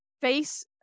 face